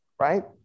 right